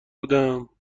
بودم